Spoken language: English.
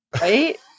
Right